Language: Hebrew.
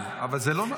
אבל --- אבל זה לא נכון,